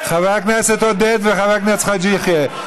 חבר הכנסת עודד וחבר הכנסת חאג' יחיא,